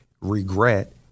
regret